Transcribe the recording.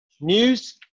news